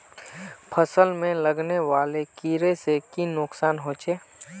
फसल में लगने वाले कीड़े से की नुकसान होचे?